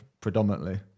predominantly